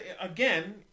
again